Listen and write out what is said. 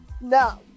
No